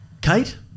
Kate